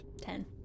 Ten